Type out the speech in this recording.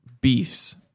beefs